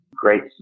Great